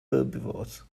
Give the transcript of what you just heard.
herbivores